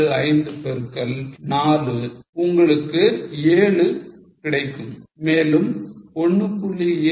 75 பெருக்கல் 4 உங்களுக்கு 7 கிடைக்கும் மேலும் 1